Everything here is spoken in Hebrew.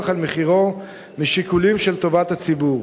על מחירו משיקולים של טובת הציבור.